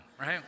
right